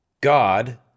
God